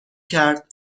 کرد